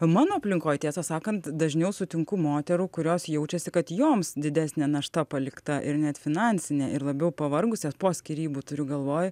mano aplinkoj tiesą sakant dažniau sutinku moterų kurios jaučiasi kad joms didesnė našta palikta ir net finansinė ir labiau pavargusios po skyrybų turiu galvoj